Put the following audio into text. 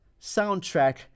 Soundtrack